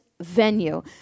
venue